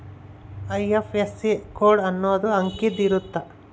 IFSC code ಅನ್ನೊಂದ್ ಅಂಕಿದ್ ಇರುತ್ತ